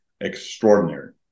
extraordinary